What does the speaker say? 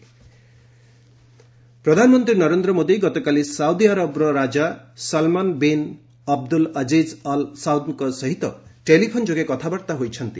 PM Saudi king ପ୍ରଧାନମନ୍ତ୍ରୀ ନରେନ୍ଦ୍ର ମୋଦି ଗତକାଲି Saudi ଆରବର ରାଜା Salman bin Abdul Aziz Al ସାଉଦ୍ଙ୍କ ସହିତ ଟେଲିପୋନ୍ ଯୋଗେ କଥାବାର୍ତ୍ତା ହୋଇଛନ୍ତି